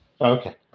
Okay